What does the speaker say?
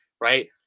right